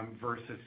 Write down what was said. versus